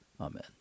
Amen